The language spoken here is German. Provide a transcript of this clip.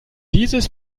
dieses